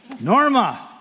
Norma